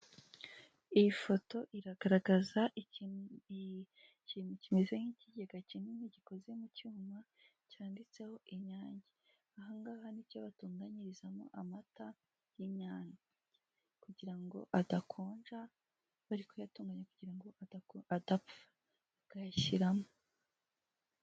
Iyi foto iragaragaza ikintu kimeze nk'ikigega kinini gikoze mu cyuma cyanditseho inyange. Ahangaha nicyo batunganyirizamo amata y'inyange, kugirango adakonja. Bari kuyatunganya kugirango adapfa, bakayashyiramo